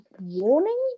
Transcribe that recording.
warning